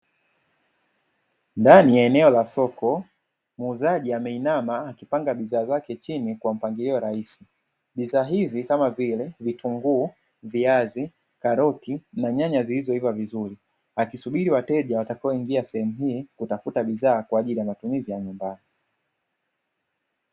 Ndani ya eneo la soko, muuzaji ameinama akipanga bidhaa zake chini kwa mpangilio rahisi. Bidhaa hizi kama vile: vitunguu, viazi, karoti na nyanya zilizoiva vizuri, akisubiri wateja watakao ingia sehemu hii kutafuta bidhaa kwaa ajili ya matumizi ya nyumbani.